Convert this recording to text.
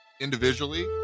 individually